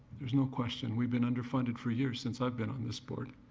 there's no question. we've been underfunded for years since i've been on this board.